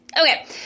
Okay